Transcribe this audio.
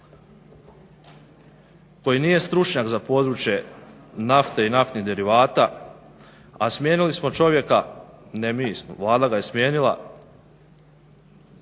koji nije stručnjak za područje nafte i naftnih derivata a smijenili smo čovjeka, ne mi, Vlada ga je smijenila